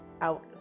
out